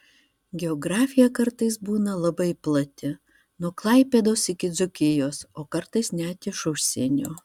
geografija kartais būna labai plati nuo klaipėdos iki dzūkijos o kartais net iš užsienio